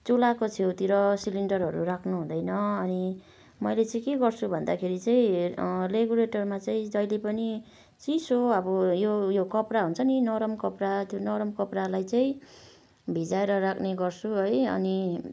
चुल्हाको छेउतिर सिलिन्डरहरू राख्नु हुँदैन अनि मैले चाहिँ के गर्छु भन्दाखेरि चाहिँ रेगुलेटरमा चाहिँ जहिले पनि चिसो अब यो यो कपडा हुन्छ नि नरम कपडा त्यो नरम कपडालाई चाहिँ भिजाएर राख्ने गर्छु है अनि